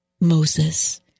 Moses